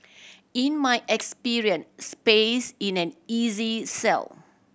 in my experience space is an easy sell